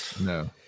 no